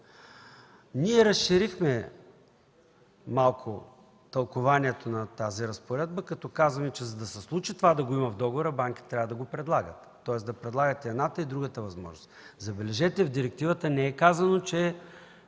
Ние разширихме малко тълкуването на тази разпоредба, като казваме, че за да се случи това да го има в договора, банките трябва да го предлагат, тоест да предлагат и едната, и другата възможност. Забележете, в директивата не се създава